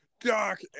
doc